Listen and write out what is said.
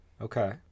Okay